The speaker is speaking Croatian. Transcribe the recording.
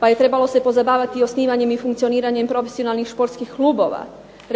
pa je trebalo se pozabaviti organiziranjem i funkcioniranjem profesionalnih sportskih klubova,